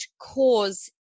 cause